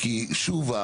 כי שוב,